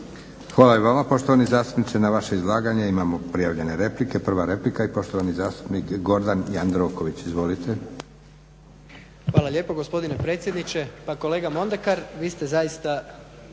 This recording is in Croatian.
Hvala i vama poštovani zastupniče. Na vaše izlaganje imamo prijavljene replike. Prva replika i poštovani zastupnik Gordan Jandroković. Izvolite. **Jandroković, Gordan (HDZ)** Hvala lijepo gospodine predsjedniče. Pa kolega Mondekar vi ste zaista